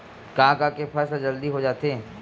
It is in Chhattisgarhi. का का के फसल जल्दी हो जाथे?